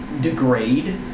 degrade